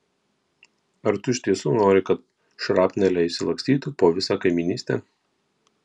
ar tu iš tiesų nori kad šrapneliai išsilakstytų po visą kaimynystę